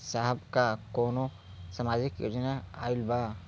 साहब का कौनो सामाजिक योजना आईल बा?